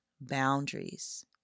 boundaries